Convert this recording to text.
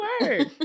word